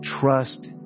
trust